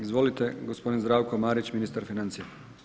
Izvolite, gospodin Zdravko Marić, ministar financija.